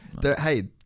hey